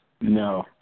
No